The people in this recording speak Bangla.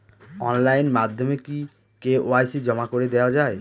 অনলাইন মাধ্যমে কি কে.ওয়াই.সি জমা করে দেওয়া য়ায়?